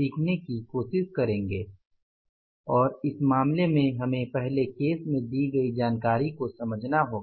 सीखने की कोशिश करेंगे और इस मामले में हमें पहले केस में दी गई जानकारी को समझना होगा